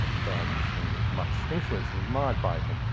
burns, and was much influenced and admired by him.